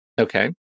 Okay